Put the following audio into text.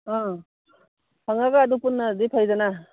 ꯑꯥ ꯍꯪꯑꯒ ꯑꯗꯨ ꯄꯨꯟꯅꯗꯤ ꯐꯩꯗꯅ